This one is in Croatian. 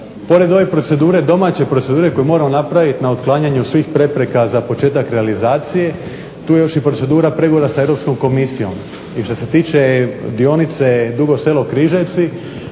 pored ove domaće procedure koju moramo napraviti na otklanjaju svih prepreka za početak realizacije, tu je još i procedura pregovora sa Europskom komisijom i što se tiče dionice Dugo Selo- Križevci,